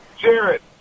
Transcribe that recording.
Jared